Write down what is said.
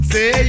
Say